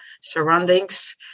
surroundings